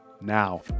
now